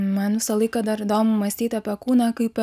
man visą laiką dar įdomu mąstyti apie kūną kaip